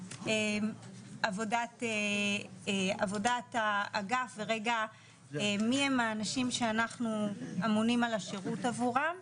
עבודת האגף ורגע מיהם האנשים שאנחנו אמונים על השירות עבורם.